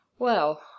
Well